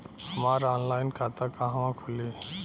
हमार ऑनलाइन खाता कहवा खुली?